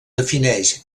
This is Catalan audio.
defineix